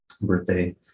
birthday